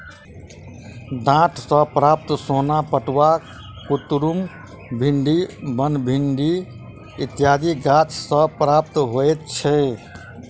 डांट सॅ प्राप्त सोन पटुआ, कुतरुम, भिंडी, बनभिंडी इत्यादि गाछ सॅ प्राप्त होइत छै